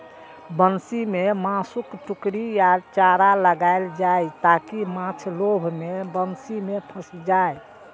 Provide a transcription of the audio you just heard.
बंसी मे मासुक टुकड़ी या चारा लगाएल जाइ, ताकि माछ लोभ मे बंसी मे फंसि जाए